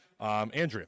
Andrea